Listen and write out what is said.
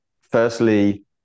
firstly